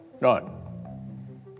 none